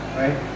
right